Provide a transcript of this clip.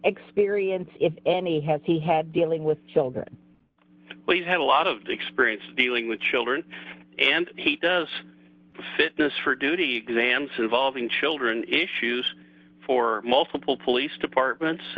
experience if any has he had dealing with children but he's had a lot of the experience dealing with children and he does fitness for duty exams involving children issues for multiple police departments